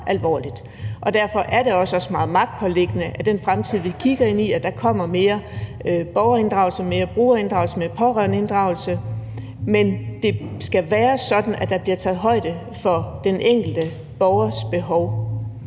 Derfor er det os også meget magtpåliggende, at der i den fremtid, vi kigger ind i, kommer mere borgerinddragelse, mere brugerinddragelse, mere pårørendeinddragelse. Men det skal være sådan, at der bliver taget højde for den enkelte borgers behov,